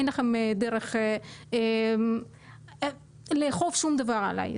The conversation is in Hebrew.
אין לכם דרך לאכוף שום דבר עליי.